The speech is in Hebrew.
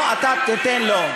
לא אתה תיתן לו.